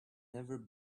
never